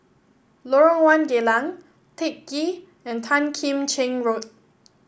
Lorong One Geylang Teck Ghee and Tan Kim Cheng Road